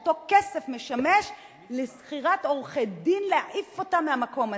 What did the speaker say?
אותו כסף משמש לשכירת עורכי-דין להעיף אותם מהמקום הזה.